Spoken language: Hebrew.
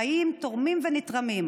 חיים תורמים ונתרמים,